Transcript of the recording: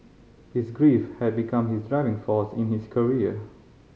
his grief had become his driving force in his career